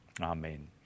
Amen